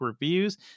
reviews